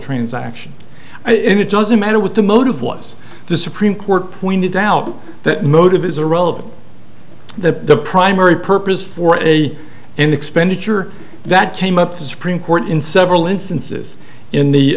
transaction it doesn't matter what the motive was the supreme court pointed out that motive is irrelevant that the primary purpose for a an expenditure that came up the supreme court in several instances in the